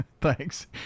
thanks